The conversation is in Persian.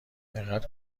دقت